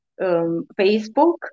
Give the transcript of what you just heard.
Facebook